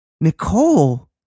Nicole